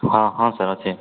ହଁ ହଁ ସାର୍ ଅଛି